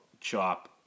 chop